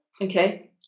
Okay